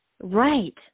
Right